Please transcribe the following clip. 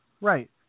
Right